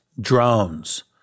drones